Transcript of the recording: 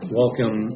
welcome